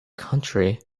country